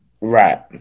Right